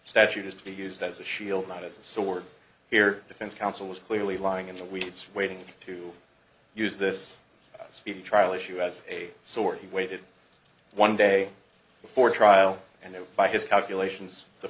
statute is to be used as a shield not as a sword here defense counsel is clearly lying in the weeds waiting to use this speedy trial issue as a sort he waited one day before trial and by his calculations the